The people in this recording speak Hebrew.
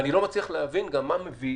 אני לא מצליח להבין מה מביא